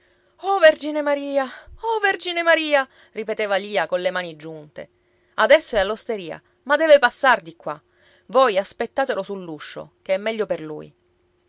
oh vergine maria oh vergine maria ripeteva lia colle mani giunte adesso è all'osteria ma deve passar di qua voi aspettatelo sull'uscio che è meglio per lui